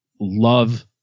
love